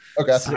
okay